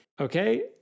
Okay